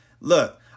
Look